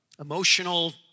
emotional